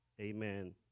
amen